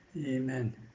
Amen